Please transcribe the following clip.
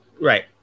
Right